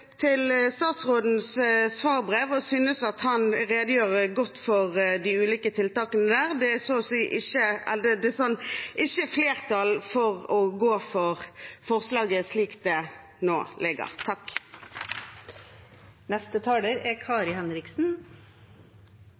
statsrådens svarbrev og synes at han redegjør godt for de ulike tiltakene der. Det er ikke flertall for å gå for forslaget slik det nå foreligger. Dette er et bra forslag fra SV, og det